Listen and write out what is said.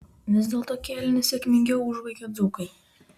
vis dėlto kėlinį sėkmingiau užbaigė dzūkai